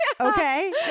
Okay